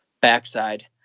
backside